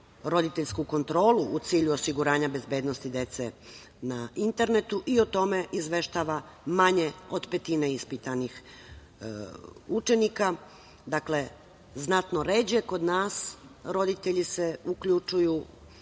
roditeljsku kontrolu u cilju osiguranja bezbednosti dece na internetu i o tome izveštava manje od petine ispitanih učenika. Dakle, znatno ređe kod nas roditelji se uključuju